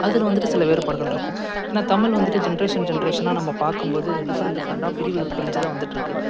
அதில் வந்துட்டு சில வேறுபாடுகள் இருக்கும் ஏன்னா தமிழ் வந்துட்டு ஜென்ட்ரேஷன் ஜென்ட்ரேஷனாக நம்ம பார்க்கும் போது டிஃபரெண்ட் டிஃபரெண்ட்டாக பிரிவுகள் பிரிஞ்சு தான் வந்துகிட்ருக்கு